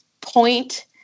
point